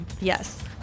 Yes